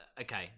Okay